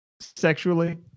sexually